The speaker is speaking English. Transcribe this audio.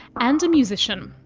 and a musician.